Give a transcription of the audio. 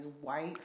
white